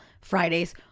Friday's